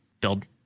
build